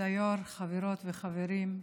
כבוד היו"ר, חברות וחברים,